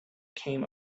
came